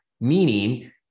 Meaning